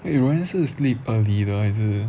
eh roanne 是 sleep early 的还是